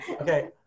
Okay